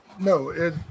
No